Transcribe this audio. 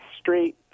street